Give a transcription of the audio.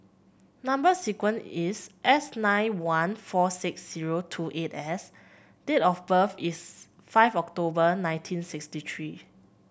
number sequence is S nine one four six zero two eight S and date of birth is five October nineteen sixty three